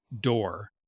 door